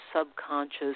subconscious